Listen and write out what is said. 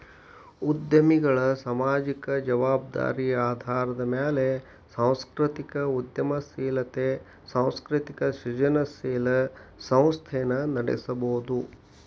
ಉದ್ಯಮಿಗಳ ಸಾಮಾಜಿಕ ಜವಾಬ್ದಾರಿ ಆಧಾರದ ಮ್ಯಾಲೆ ಸಾಂಸ್ಕೃತಿಕ ಉದ್ಯಮಶೇಲತೆ ಸಾಂಸ್ಕೃತಿಕ ಸೃಜನಶೇಲ ಸಂಸ್ಥೆನ ನಡಸಬೋದು